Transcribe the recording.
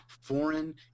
foreign